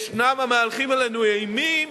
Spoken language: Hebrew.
יש המהלכים עלינו אימים